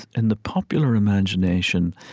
in the popular imagination,